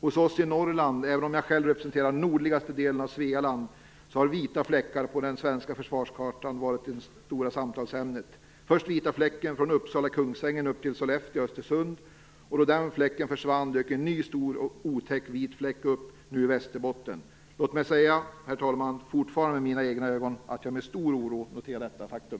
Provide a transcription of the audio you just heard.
Hos oss i Norrland - även om jag själv representerar nordligaste delen av Svealand - har vita fläckar på den svenska försvarskartan varit det stora samtalsämnet. Först var det den vita fläcken från Uppsala Östersund. Då den fläcken försvann dök en ny, stor och otäck vit fläck upp, nu i Västerbotten. Låt mig säga, herr talman, att jag - fortfarande med mina egna ögon - med stor oro noterar detta faktum.